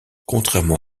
contrairement